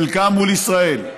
חלקם מול ישראל,